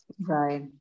Right